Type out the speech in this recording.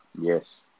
Yes